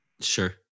Sure